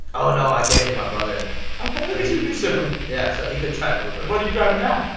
oh, no. i gave it to my brother ok, look at you good sibling yeah, so he could drive uber what are you driving now?